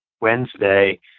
Wednesday